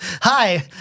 Hi